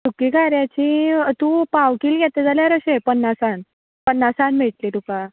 सुखी खाऱ्याची तूं पाव कील घेता जाल्यार अशें पन्नासान पन्नासान मेळटली तुका